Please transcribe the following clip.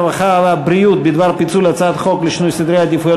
הרווחה והבריאות בדבר פיצול הצעת חוק לשינוי סדרי עדיפויות